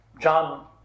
John